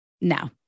No